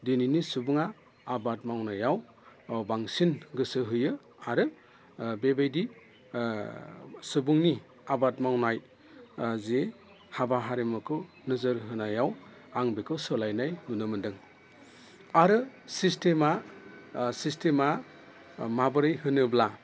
दिनैनि सुबुङा आबाद मावनायाव बांसिन गोसो होयो आरो बेबायदि सुबुंनि आबाद मावनाय जि हाबा हारिमुखौ नोजोर होनायाव आं बेखौ सोलायनाय नुनो मोनदों आरो सिस्थेमा सिस्थेमा माबोरै होनोब्ला